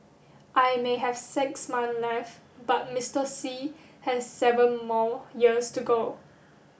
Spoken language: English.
I may have six months left but Mister Xi has seven more years to go